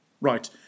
right